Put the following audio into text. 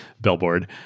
billboard